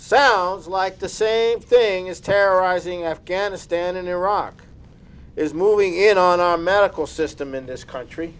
sounds like the same thing is terrorizing afghanistan and iraq is moving in on our medical system in this country